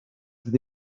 gdy